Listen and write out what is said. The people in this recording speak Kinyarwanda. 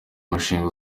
mushinga